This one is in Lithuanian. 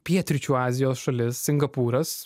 pietryčių azijos šalis singapūras